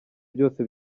byose